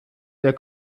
der